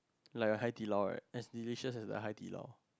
like a Hai-Di-Lao right as delicious as the Hai-Di-Lao